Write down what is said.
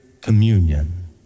communion